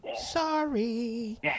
Sorry